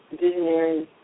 visionaries